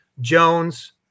Jones